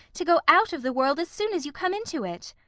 to go out of the world as soon as you come into it!